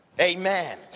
Amen